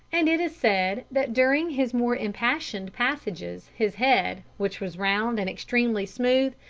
and it is said that during his more impassioned passages his head, which was round and extremely smooth,